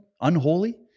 Unholy